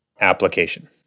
application